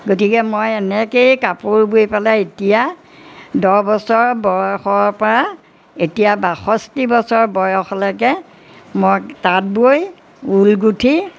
গতিকে মই এনেকৈয়ে কাপোৰ বৈ পেলাই এতিয়া দহ বছৰ বয়সৰপৰা এতিয়া বাষষ্ঠি বছৰ বয়সলৈকে মই তাঁত বৈ ঊল গোঁঠি